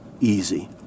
easy